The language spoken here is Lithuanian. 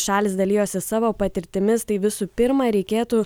šalys dalijosi savo patirtimis tai visų pirma reikėtų